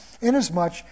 Inasmuch